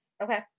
Okay